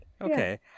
Okay